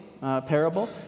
parable